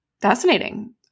Fascinating